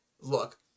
Look